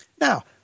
Now